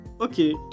Okay